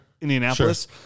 Indianapolis